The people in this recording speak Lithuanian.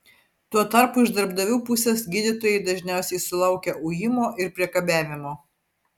tuo tarpu iš darbdavių pusės gydytojai dažniausiai sulaukia ujimo ir priekabiavimo